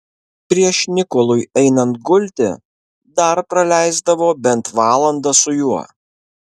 prieš nikolui einant gulti dar praleisdavo bent valandą su juo